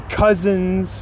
cousins